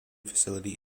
facility